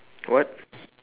what